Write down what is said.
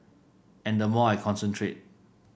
and the more I concentrate